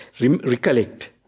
recollect